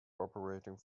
operating